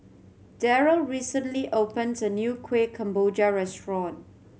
Darryl recently opened a new Kueh Kemboja restaurant